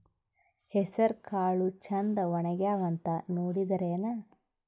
ಹೆಸರಕಾಳು ಛಂದ ಒಣಗ್ಯಾವಂತ ನೋಡಿದ್ರೆನ?